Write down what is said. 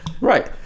Right